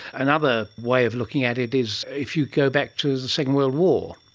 another way of looking at it is if you go back to the second world war,